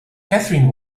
catherine